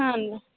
ಹಾನ್ ರೀ